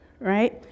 right